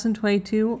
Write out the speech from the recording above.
2022